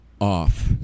off